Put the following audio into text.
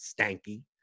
stanky